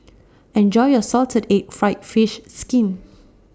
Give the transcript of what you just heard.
Enjoy your Salted Egg Fried Fish Skin